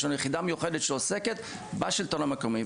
יש לנו יחידה מיוחדת שעוסקת בשלטון המקומי,